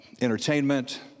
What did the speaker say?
entertainment